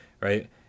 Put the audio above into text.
Right